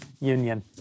union